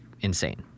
insane